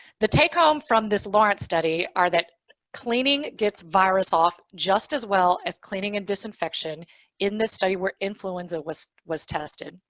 the take home from this lawrence study are that cleaning gets virus off just as well as cleaning and disinfection in this study where influenza was was tested.